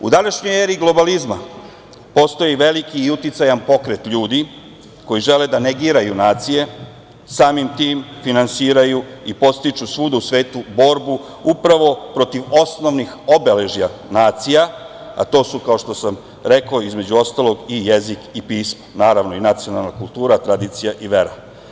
U današnjoj eri globalizma postoji veliki i uticajan pokret ljudi koji žele da negiraju nacije, samim tim finansiraju i podstiču svuda u svetu borbu upravo protiv osnovnih obeležja nacija, a to su, kao što sam rekao, između ostalog, i jezik i pismo, naravno, i nacionalna kultura, tradicija i vera.